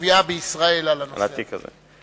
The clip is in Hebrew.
התביעה בישראל על הנושא הזה.